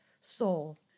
soul